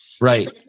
Right